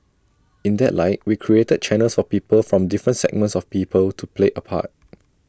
in that light we created channels for people from different segments of people to play A part